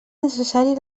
necessari